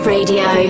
Radio